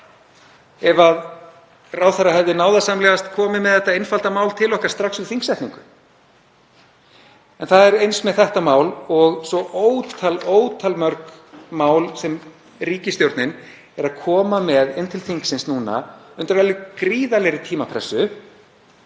ef ráðherra hefði náðarsamlegast komið með þetta einfalda mál til okkar strax við þingsetningu. En það er eins með þetta mál og svo ótal mörg mál sem ríkisstjórnin kemur nú með til þingsins undir gríðarlegri tímapressu,